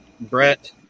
Brett